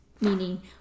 meaning